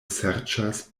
serĉas